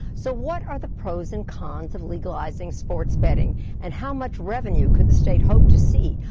so what are the pros and cons of legalizing sports betting and how much revenue could the state hope to see?